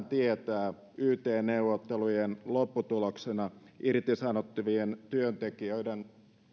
tietää yt neuvottelujen lopputuloksena irtisanottavien työntekijöiden